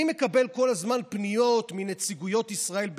אני מקבל כל הזמן פניות מנציגויות ישראל בחו"ל,